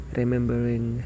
remembering